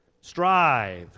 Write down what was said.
Strive